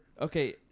Okay